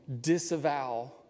disavow